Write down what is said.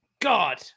god